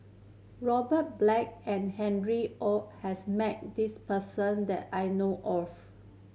Robert Black and Harry Ord has met this person that I know of